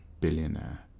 billionaire